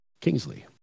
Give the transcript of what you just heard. Kingsley